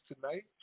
tonight